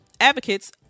advocates